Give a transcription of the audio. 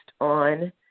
on